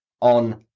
on